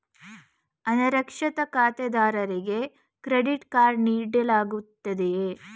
ಅನಕ್ಷರಸ್ಥ ಖಾತೆದಾರರಿಗೆ credit card ನೀಡಲಾಗುತ್ತದೆಯೇ?